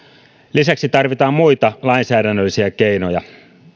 lisäksi tarvitaan muita lainsäädännöllisiä keinoja